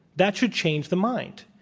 that should change the mind.